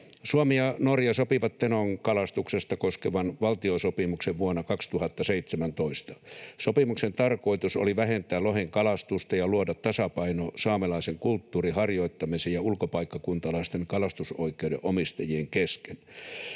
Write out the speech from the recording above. Suomi ja Norja sopivat Tenon kalastusta koskevan valtiosopimuksen vuonna 2017. Sopimuksen tarkoitus oli vähentää lohen kalastusta ja luoda tasapaino saamelaisen kulttuurin harjoittamisen ja ulkopaikkakuntalaisten kalastusoikeuden omistajien kesken.